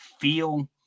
feel